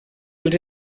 els